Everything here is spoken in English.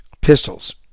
pistols